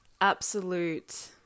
absolute